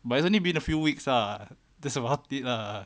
but it's only been a few weeks ah that's about it lah